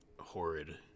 Horrid